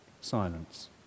silence